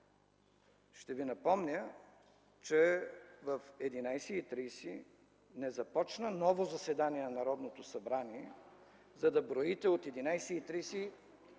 Ще Ви напомня, че в 11,30 ч. не започна ново заседание на Народното събрание, за да броите от 11,30 ч.